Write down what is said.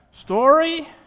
story